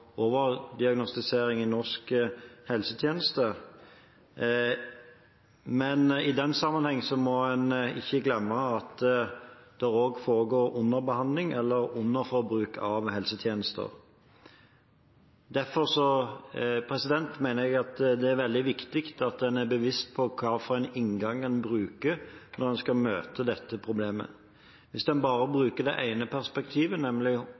i norsk helsetjeneste, men i den sammenheng må en ikke glemme at det også foregår underbehandling eller underforbruk av helsetjenester. Derfor mener jeg det er veldig viktig at en er bevisst på hvilken inngang en bruker når en skal møte dette problemet. Hvis en bare bruker det ene perspektivet, nemlig